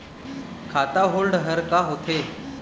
खाता होल्ड हर का होथे?